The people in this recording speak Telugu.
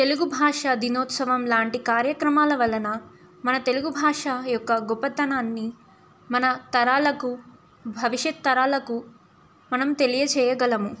తెలుగు భాష దినోత్సవం లాంటి కార్యక్రమాల వలన మన తెలుగు భాష యొక్క గొప్పతనాన్ని మన తరాలకు భవిష్యత్ తరాలకు మనం తెలియజేయగలము